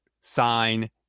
sign